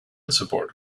support